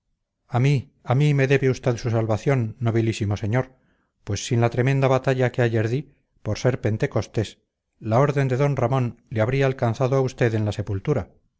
a mí a mí me debe usted su salvación nobilísimo señor pues sin la tremenda batalla que ayer di por ser pentecostés la orden de don ramón le habría alcanzado a usted en la sepultura